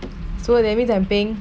so that means I'm paying